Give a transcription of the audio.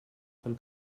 von